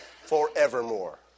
forevermore